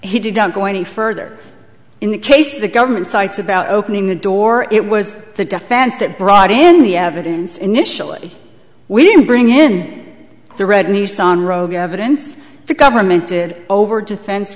he did not going further in the case of the government sites about opening the door it was the defense that brought in the evidence initially we didn't bring in the red nissan rogue evidence the government did over defense